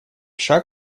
шаг